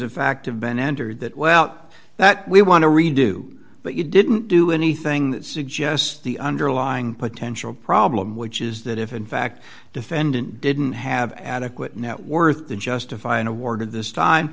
have been entered that well that we want to redo but you didn't do anything that suggests the underlying potential problem which is that if in fact defendant didn't have adequate net worth to justify an award this time